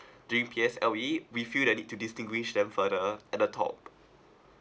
during P_S_L_E we feel the need to distinguish them further at the top